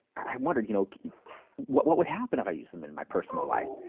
i wondered you know what what would happen if i used them in my personal life.